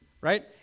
Right